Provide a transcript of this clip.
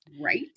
Right